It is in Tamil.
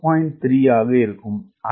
3 ஆக இருக்கும்